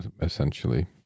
essentially